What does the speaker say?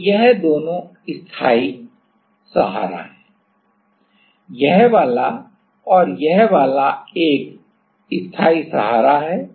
तो यह दोनों स्थायी सहारा हैं यह वाला और यह वाला एक स्थायी सहारा है